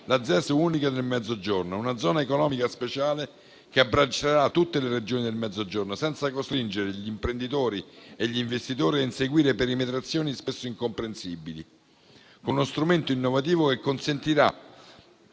la ZES unica nel Mezzogiorno, una zona economica speciale che abbraccerà tutte le Regioni del Mezzogiorno, senza costringere gli imprenditori e gli investitori a inseguire perimetrazioni spesso incomprensibili, con uno strumento innovativo che consentirà,